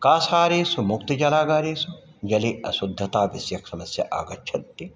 कासारेषु मुक्तिजलागारेषु जले अशुद्धताविषयकसमस्याः आगच्छन्ति